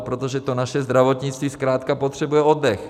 Protože to naše zdravotnictví zkrátka potřebuje oddech.